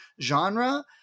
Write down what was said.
genre